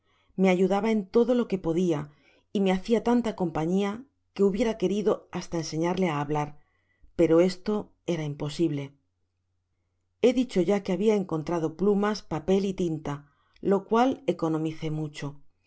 me ayudaba en todo lo que podia y me hacia tanta compañia que hubiera querido hasta enseñarle á hablar pero esto era imposible he dicho ya que habia encontrado plumas papel y tinta lo cual economicé mucho